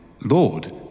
Lord